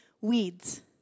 weeds